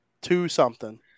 Two-something